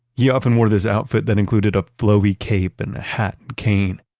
he often wore this outfit that included a flowy cape and a hat and cane.